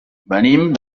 venim